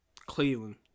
Cleveland